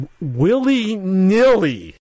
willy-nilly